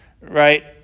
right